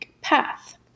path